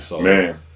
Man